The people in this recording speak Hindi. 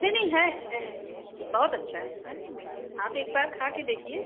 नहीं नहीं है है बहुत अच्छा है आप एक बार खा कर देखिए